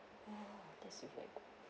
oh